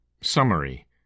Summary